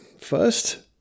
first